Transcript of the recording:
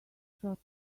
shot